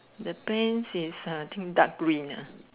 the pants is I think dark green ah